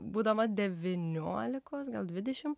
būdama devyniolikos gal dvidešim